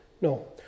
No